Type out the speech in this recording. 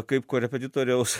kaip korepetitoriaus